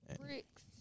Bricks